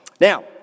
Now